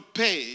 pay